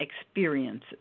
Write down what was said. experiences